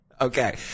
Okay